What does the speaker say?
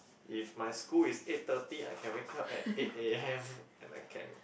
if my school is eight thirty I can wake up at eight A_M and I can